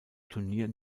turnier